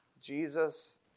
Jesus